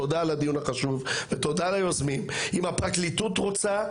תודה על הדיון החשוב ותודה ליוזמים אם הפרקליטות רוצה,